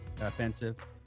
offensive